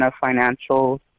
financial